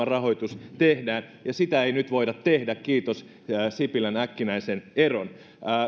rahoitus tehdään ja sitä ei nyt voida tehdä kiitos sipilän äkkinäisen eron